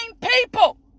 people